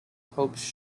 hopes